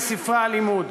מספרי הלימוד,